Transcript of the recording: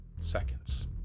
seconds